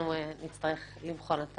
אנחנו נצטרך לבחון את